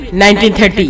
1930